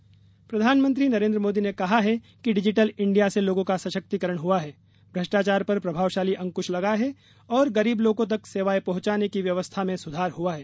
digital India प्रधानमंत्री नरेन्द्र मोदी ने कहा है कि डिजिटल इंडिया से लोगों का सशक्तिकरण हुआ है भ्रष्टाचार पर प्रभावशाली अंकुश लगा है और गरीब लोगों तक सेवाएं पहुंचाने की व्यवस्था में सुधार हुआ है